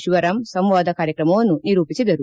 ಶಿವರಾಂ ಸಂವಾದ ಕಾರ್ಯಕ್ರಮವನ್ನು ನಿರೂಪಿಸಿದರು